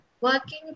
working